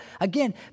again